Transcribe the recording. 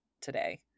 today